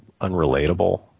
unrelatable